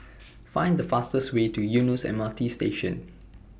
Find The fastest Way to Eunos M R T Station